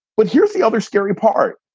but here's the other scary part.